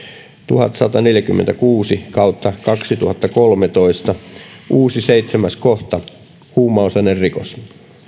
tuhatsataneljäkymmentäkuusi kahteentuhanteenkolmeentoista lisätään uusi seitsemäs kohta huumausainerikos